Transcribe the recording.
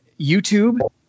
YouTube